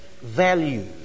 value